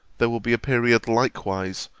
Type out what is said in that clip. there will be a period likewise,